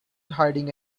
hiding